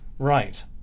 Right